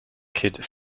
kid